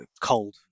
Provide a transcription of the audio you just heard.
cold